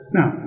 Now